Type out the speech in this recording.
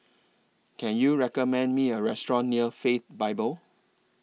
Can YOU recommend Me A Restaurant near Faith Bible